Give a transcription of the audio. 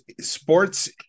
sports